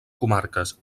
comarques